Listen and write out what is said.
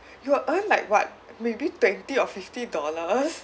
you will earn like what maybe twenty or fifty dollars